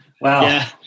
Wow